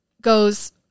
goes